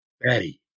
Betty